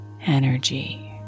energy